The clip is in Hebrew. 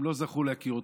הם לא זכו להכיר אותה.